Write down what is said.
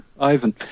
Ivan